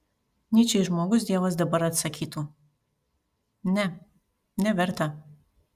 nyčei žmogus dievas dabar atsakytų ne neverta